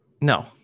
No